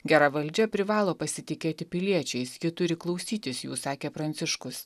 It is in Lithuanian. gera valdžia privalo pasitikėti piliečiais ji turi klausytis jų sakė pranciškus